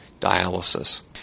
dialysis